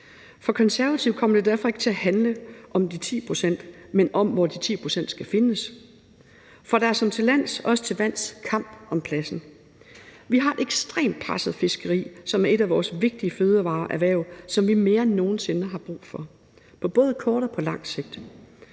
For Konservative kommer det derfor ikke til at handle om de 10 pct., men om, hvor de 10 pct. skal findes. For der er til lands såvel som til vands kamp om pladsen. Vi har et ekstremt presset fiskeri, som er et af vores vigtige fødevareerhverv, og som vi mere end nogensinde har brug for, både på kort og på langt sigt.